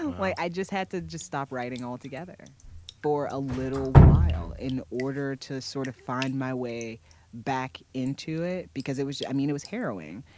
i just had to just stop writing altogether for a little while in order to sort of find my way back into it because it was i mean it was harrowing.